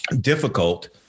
difficult